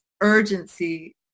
urgency